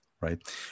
right